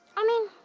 i mean,